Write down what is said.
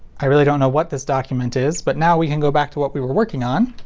i really don't know what this document is, but now we can go back to what we were working on.